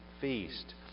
feast